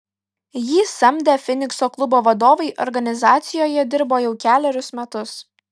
jį samdę finikso klubo vadovai organizacijoje dirbo jau kelerius metus